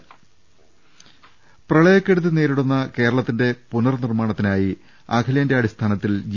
രദ്ദേഷ്ടങ പ്രളയക്കെടുതി നേരിടുന്ന കേരളത്തിന്റെ പുനർ നിർമ്മാണത്തിനായി അഖിലേന്ത്യാ അടിസ്ഥാനത്തിൽ ജി